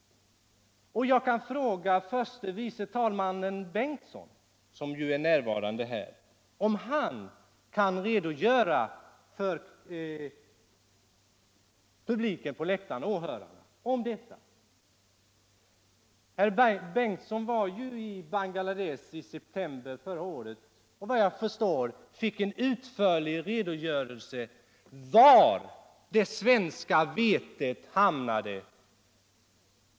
Jag kan fråga herr förste vice talmannen Bengtson, som är närvarande i kammaren. om han kan redogöra för hur det förhåller sig med detta Internationellt utvecklingssamar vete. Herr Bengison var ju i Bangladesh i september förra året, och såvitt Jag förstår fick han där en utförlig redogörelse för var det svenska vetet hamnade.